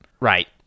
right